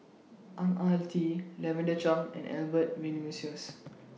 Ang Ah Tee Lavender Chang and Albert Winsemius